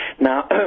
Now